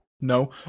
No